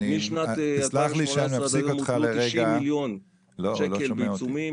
משנת 2018 --- 90 מיליון שקל בעיצומים,